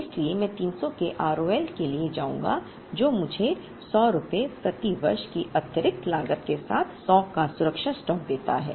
इसलिए मैं 300 के R O L के लिए जाऊंगा जो मुझे 100 रुपये प्रति वर्ष की अतिरिक्त लागत के साथ 100 का सुरक्षा स्टॉक देता है